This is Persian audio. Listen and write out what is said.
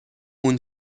اون